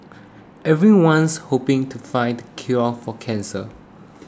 everyone's hoping to find the cure for cancer